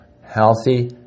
healthy